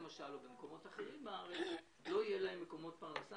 במקומות אחרים בארץ לא יהיו מקומות פרנסה,